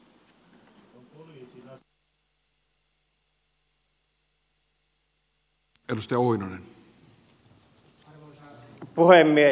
arvoisa puhemies